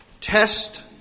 Test